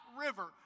river